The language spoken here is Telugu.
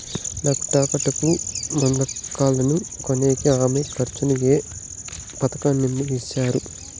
నాకు టాక్టర్ కు మడకలను కొనేకి అయ్యే ఖర్చు ను ఏ పథకం నుండి ఇస్తారు?